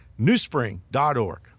newspring.org